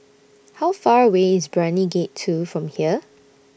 How Far away IS Brani Gate two from here